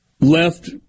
left